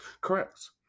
Correct